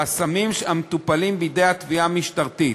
לסמים המטופלים בידי התביעה המשטרתית,